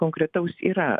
konkretaus yra